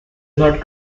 not